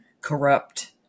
corrupt